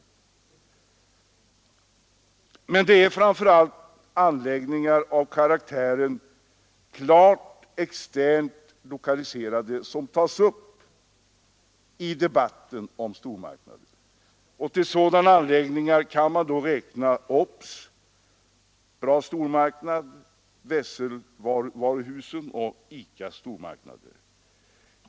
Men det är framför allt anläggningar av karaktären klart externlokaliserade som tas upp i debatten om stormarknader. Till sådana anläggningar kan man räkna OBS, Bra, Wessels och ICA stormarknader.